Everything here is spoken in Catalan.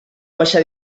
baixar